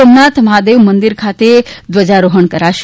સોમનાથ મહાદેવ મંદિર ખાતે ધ્વજારોહણ કરશે